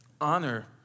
honor